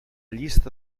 llista